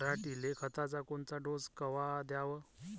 पऱ्हाटीले खताचा कोनचा डोस कवा द्याव?